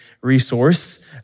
resource